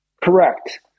Correct